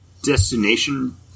destination